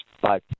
Bye